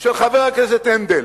של חבר הכנסת הנדל